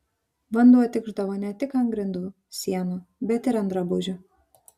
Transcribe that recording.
vanduo tikšdavo ne tik ant grindų sienų bet ir ant drabužių